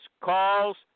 calls